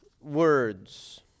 words